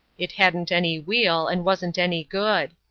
it hadn't any wheel, and wasn't any good.